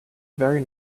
very